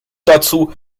dazu